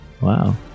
Wow